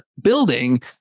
building